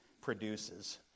produces